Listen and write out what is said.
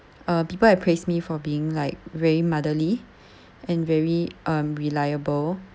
uh people like praise me for being like very motherly and very um reliable